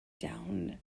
down